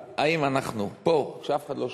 האם אנחנו פה, כשאף אחד לא שומע,